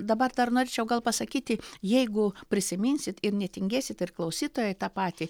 dabar dar norėčiau gal pasakyti jeigu prisiminsit ir netingėsit ir klausytojai tą patį